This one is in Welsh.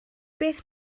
beth